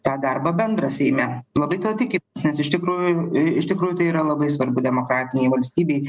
tą darbą bendrą seime labai tuo tiki nes iš tikrųjų iš tikrųjų tai yra labai svarbu demokratinėj valstybėj